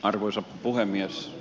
arvoisa puhemies